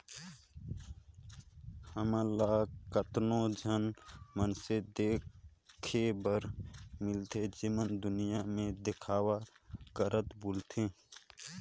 हमन ल केतनो झन मइनसे देखे बर मिलथें जेमन दुनियां में देखावा करत बुलथें